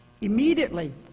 Immediately